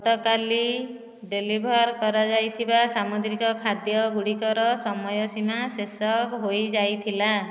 ଗତ କାଲି ଡ଼େଲିଭର୍ କରାଯାଇଥିବା ସାମୁଦ୍ରିକ ଖାଦ୍ୟଗୁଡ଼ିକର ସମୟ ସୀମା ଶେଷ ହୋଇଯାଇଥିଲା